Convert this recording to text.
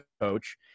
coach